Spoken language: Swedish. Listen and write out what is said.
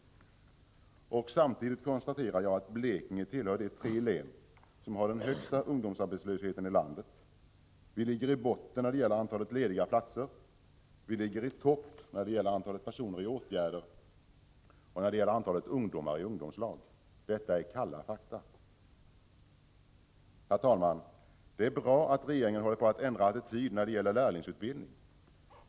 Samtidigt konstaterar jag att Blekinge tillhör de tre län som har den högsta ungdomsarbetslösheten i landet. Vi ligger i botten när det gäller antalet lediga platser. Vi ligger i topp när det gäller antalet personer i arbetsmarknadspolitiska åtgärder och när det gäller antalet ungdomar i ungdomslag. Detta är kalla fakta. Herr talman! Det är bra att regeringen håller på att ändra attityd när det gäller lärlingsutbildning.